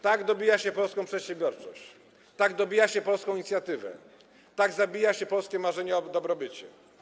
Tak dobija się polską przedsiębiorczość, tak dobija się polską inicjatywę, tak zabija się polskie marzenia o dobrobycie.